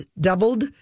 doubled